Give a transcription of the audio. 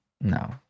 no